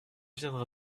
viendra